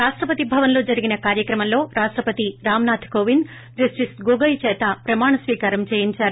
రాష్టపతి భవన్ లో జరిగిన కార్యక్రమంలో రాష్టపతి రామ్ నాద్ కోవింద్ జస్టిస్ గోగోయ్ చేత ప్రమాణ స్వీకారం చేయించారు